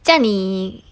这样你